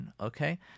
Okay